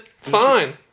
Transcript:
Fine